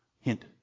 Hint